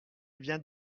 vient